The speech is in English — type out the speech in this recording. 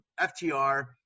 FTR